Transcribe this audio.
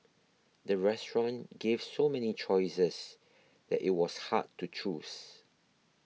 the restaurant gave so many choices that it was hard to choose